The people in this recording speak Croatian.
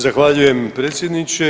Zahvaljujem predsjedniče.